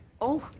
oh.